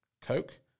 Coke